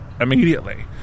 immediately